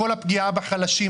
כל הפגיעה הזאת בחלשים,